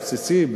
הבסיסי,